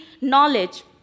knowledge